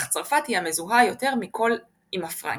אך צרפת היא המזוהה יותר מכל עם הפרנקים.